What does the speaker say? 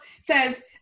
says